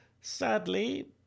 sadly